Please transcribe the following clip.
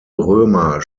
römer